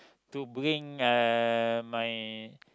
to bring uh my